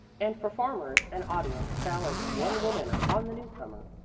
and performers and audience fell as one woman upon the newcomer.